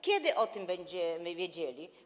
Kiedy o tym będziemy wiedzieli?